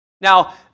Now